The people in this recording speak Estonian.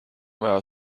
vaja